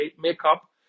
makeup